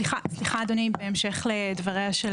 סליחה אדוני, בהמשך לדבריה של